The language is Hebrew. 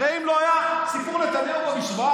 הרי אם לא היה סיפור נתניהו במשוואה,